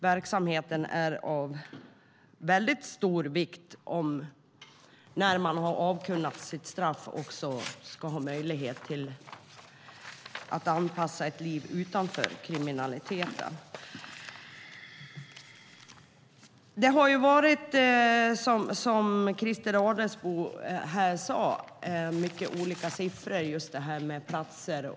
Verksamheten är av stor vikt när man har avtjänat sitt straff och ska anpassa sig till ett liv utan kriminalitet. Som Christer Adelsbo sade har det förekommit många olika siffror när det gäller platser.